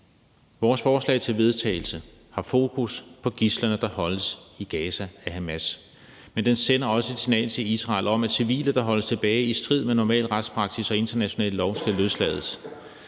Vores forslag til vedtagelse har fokus på gidslerne, der holdes i Gaza af Hamas, men den sender også et signal til Israel om, at civile, der holdes tilbage i strid med normal retspraksis og international lov, skal løslades;